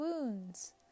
wounds